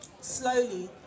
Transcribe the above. Slowly